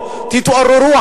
תתעוררו.